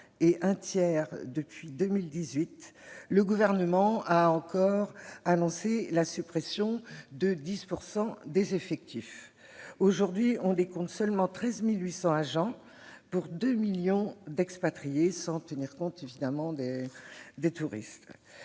et un tiers depuis 2008, le Gouvernement a encore annoncé la suppression de 10 % des effectifs. Aujourd'hui, on décompte seulement 13 800 agents pour 2 millions d'expatriés, sans tenir compte des touristes.